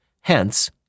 hence